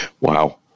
Wow